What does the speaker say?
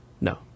No